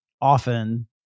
often